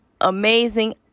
amazing